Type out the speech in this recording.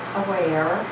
aware